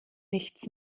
nichts